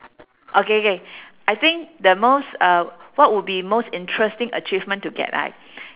okay K I think the most uh what would be most interesting achievement to get right